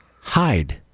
hide